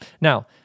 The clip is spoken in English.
Now